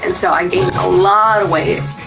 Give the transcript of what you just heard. and so i gained a lot of weight.